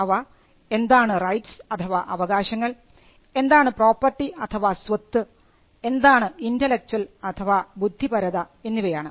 അവ എന്താണ് റൈറ്റ്സ് അഥവാ അവകാശങ്ങൾ എന്താണ് പ്രോപ്പർട്ടി അഥവാ സ്വത്ത് എന്താണ് ഇന്റെലക്ച്വൽ അഥവാ ബുദ്ധിപരത എന്നിവയാണ്